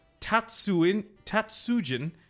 Tatsujin